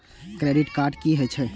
Credit card की हे छे?